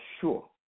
sure